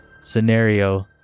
scenario